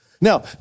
Now